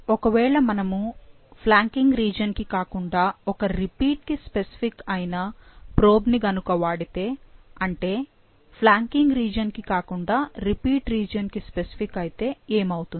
ఒకవేళ మనము flanking region కి కాకుండా ఒక రిపీట్ కి స్పెసిఫిక్ అయిన ప్రోబ్ ని గనుక వాడితే అంటే ఫ్లాంకింగ్ రీజియన్ కి కాకుండా రిపీట్ రీజియన్ కి స్పెసిఫిక్ అయితే ఏమవుతుంది